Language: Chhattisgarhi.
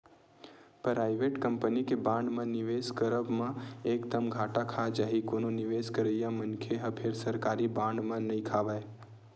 पराइवेट कंपनी के बांड म निवेस करब म एक दम घाटा खा जाही कोनो निवेस करइया मनखे ह फेर सरकारी बांड म नइ खावय